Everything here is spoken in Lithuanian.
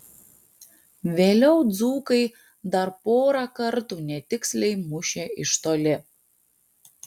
vėliau dzūkai dar porą kartų netiksliai mušė iš toli